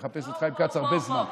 מחפש את חיים כץ כבר הרבה זמן.